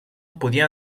podia